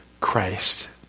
Christ